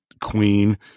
Queen